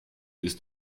ist